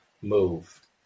move